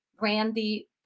Randy